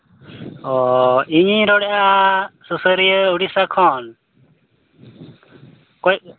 ᱚ ᱤᱧᱤᱧ ᱨᱚᱲᱮᱫᱼᱟ ᱥᱩᱥᱟᱹᱨᱤᱭᱟᱹ ᱩᱲᱤᱥᱥᱟ ᱠᱷᱚᱱ ᱚᱠᱚᱭ